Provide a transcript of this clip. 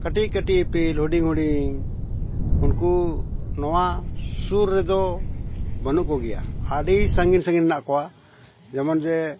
ᱠᱟᱹᱴᱤᱡᱼᱠᱟᱹᱴᱤᱡ ᱤᱯᱤᱞ ᱦᱩᱰᱤᱧᱼᱦᱩᱰᱤᱧ ᱩᱱᱠᱩ ᱱᱚᱣᱟ ᱥᱩᱨ ᱨᱮᱫᱚ ᱵᱟᱹᱱᱩᱜ ᱠᱚᱜᱮᱭᱟ ᱟᱹᱰᱤ ᱥᱟᱺᱜᱤᱧᱼᱥᱟᱺᱜᱤᱧ ᱨᱮ ᱢᱮᱱᱟᱜ ᱠᱚᱣᱟ ᱡᱮᱢᱚᱱ ᱡᱮ